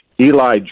eli